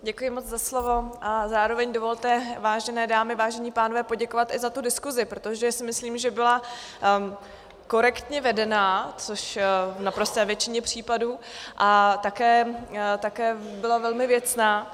Děkuji moc za slovo a zároveň dovolte, vážené dámy, vážení pánové, poděkovat i za tu diskusi, protože si myslím, že byla korektně vedená v naprosté většině případů a také byla velmi věcná.